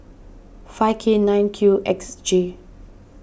five K nine Q X J